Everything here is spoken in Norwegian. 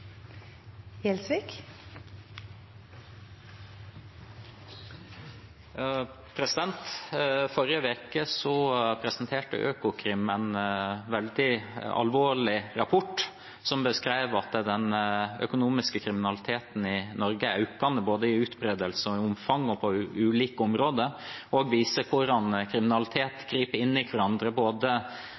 Forrige uke presenterte Økokrim en veldig alvorlig rapport, som beskrev at den økonomiske kriminaliteten i Norge er økende både i utbredelse, i omfang og på ulike områder, og som viser hvordan kriminalitet griper inn i hverandre,